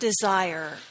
desire